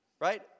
right